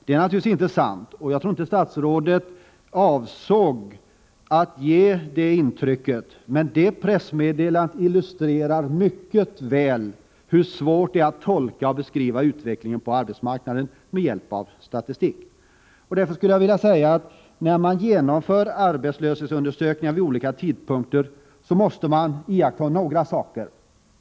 Det är naturligtvis inte sant, och jag tror inte att statsrådet avsåg att ge intryck av detta, men pressmeddelandet illustrerar mycket väl hur svårt det är att tolka och beskriva utvecklingen på arbetsmarknaden med hjälp av statistik. Därför skulle jag vilja säga att man, när man genomför arbetslöshetsundersökningar vid olika tillfällen, måste ta hänsyn till vissa punkter.